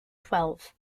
twelve